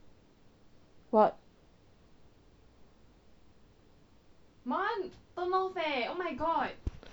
what